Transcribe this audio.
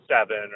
seven